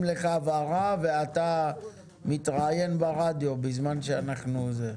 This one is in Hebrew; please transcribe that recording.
לך הבהרה ואתה מתראיין ברדיו בזמן הזה.